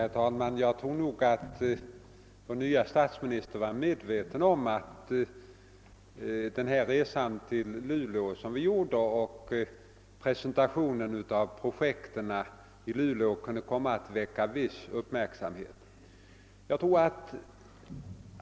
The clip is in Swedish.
Herr talman! Jag tror att vår nye statsminister var medveten om att vår resa till Luleå och presentationen av projekten där kunde komma att väcka viss uppmärksamhet.